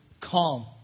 calm